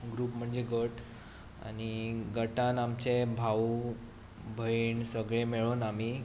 group म्हणजें गट आनी गटांत आमचे भाव भयण सगळे मेळून आमी